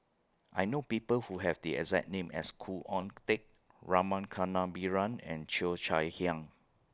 I know People Who Have The exact name as Khoo Oon Teik Rama Kannabiran and Cheo Chai Hiang